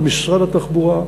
על משרד התחבורה,